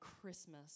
Christmas